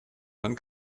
dann